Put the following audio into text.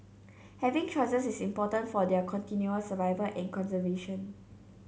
having choices is important for their continual survival and conservation